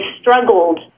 struggled